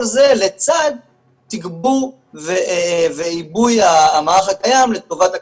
כל זה לצד תגבור ועיבוי המערך הקיים לטובת הקורונה.